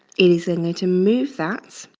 it is in there to move that